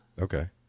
Okay